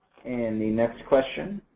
and the next question